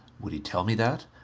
would he tell me that?